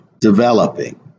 developing